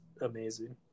amazing